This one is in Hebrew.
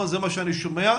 זה מה שאני שומע,